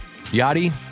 Yachty